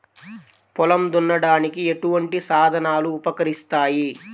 పొలం దున్నడానికి ఎటువంటి సాధనాలు ఉపకరిస్తాయి?